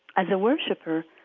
as a worshipper,